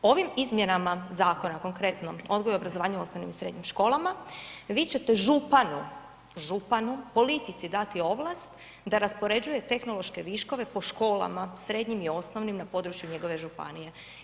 U ovim izmjenama zakona, konkretno odgoj i obrazovanje u osnovnim i srednjim školama, vi ćete županu, županu, politici dati ovlast da raspoređuje tehnološke viškove po školama srednjim i osnovnim na području njegove županije.